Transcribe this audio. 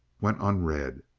went unread.